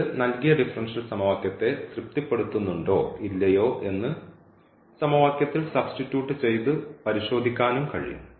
ഇത് നൽകിയ ഡിഫറൻഷ്യൽ സമവാക്യത്തെ തൃപ്തിപ്പെടുത്തുന്നുണ്ടോ ഇല്ലയോ എന്ന് സമവാക്യത്തിൽ സബ്സ്റ്റിറ്റ്യൂട്ട് ചെയ്തു പരിശോധിക്കാനും കഴിയും